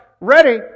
ready